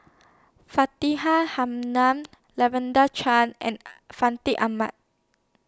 Faridah Hanum Lavender Chang and Fandi Ahmad